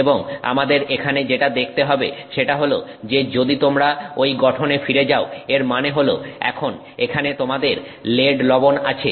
এবং আমাদের এখানে যেটা দেখতে হবে সেটা হলো যে যদি তোমরা ঐ গঠনে ফিরে যাও এর মানে হল এখন এখানে তোমাদের লেড লবণ আছে